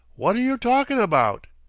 wot're you talking about?